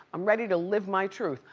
i'm ready to live my truth.